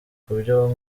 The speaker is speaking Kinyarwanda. kubyo